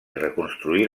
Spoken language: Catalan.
reconstruir